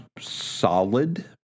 solid